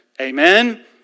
Amen